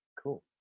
Cool